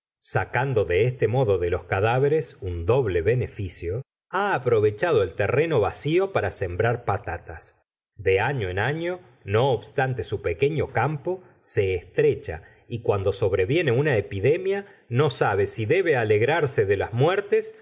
el enterrador y sacristán de la iglesia sacando de este modo de los cadáveres un doble beneficio ha aprovechado el terreno vacío para sembrar patatas de año en año no obstante su pequeño campo se estrecha y cuando sobreviene una epidemia no sabe si debe alegrarse de las muertes